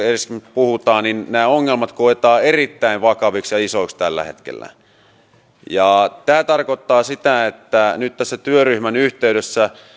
puhutaan nämä ongelmat koetaan erittäin vakaviksi ja isoiksi tällä hetkellä tämä tarkoittaa sitä että nyt tässä työryhmän yhteydessä